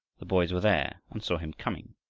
the boys were there and saw him coming.